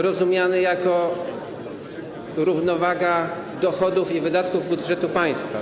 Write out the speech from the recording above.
Rozumiane jest to jako równowaga dochodów i wydatków budżetu państwa.